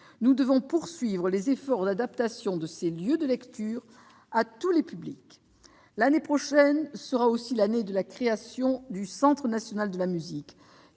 Nous devons poursuivre les efforts d'adaptation de ces lieux de lecture à tous les publics. L'année prochaine verra la création du Centre national de la musique,